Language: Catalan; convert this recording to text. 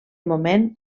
moment